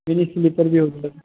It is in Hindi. नहीं नहीं सिलीपर भी हो जाएगी